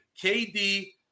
KD